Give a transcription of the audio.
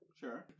sure